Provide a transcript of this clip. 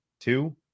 Two